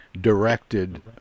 directed